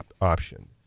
option